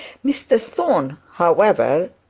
mr thorne, however,